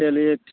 चलिए